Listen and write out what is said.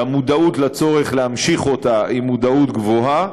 ושהמודעות לצורך להמשיך אותה היא מודעות גבוהה.